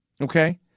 Okay